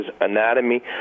anatomy